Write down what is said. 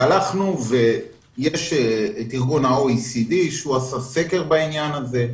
יש את ארגון ה-OECD שעשה סקר בעניין הזה,